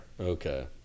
Okay